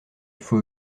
faut